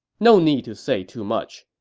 no need to say too much.